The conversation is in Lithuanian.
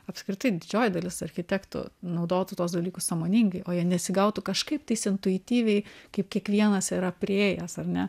apskritai didžioji dalis architektų naudotų tuos dalykus sąmoningai o jie nesigautų kažkaip tais intuityviai kaip kiekvienas yra priėjęs ar ne